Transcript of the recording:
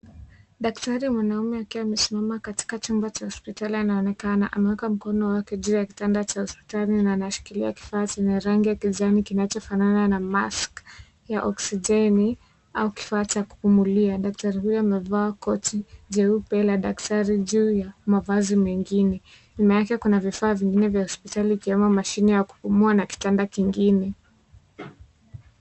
Daktari mwanaume akiwa amesimama katika chumba cha hosiptali anaonekana ameweka mkono wake juu ya kitanda cha hodiptali na anashikilia kifaa chenye rangi ya kijani kinachofanana na mask ya oxijeni au kifaa cha kupumulia. Daktari huyu amevaa koti jeupe la daktari juu ya mavazi mengine, nyuma yake kuna vifaa vingine hosiptali zikiwemo mashini ya kupimo kitanda kingine.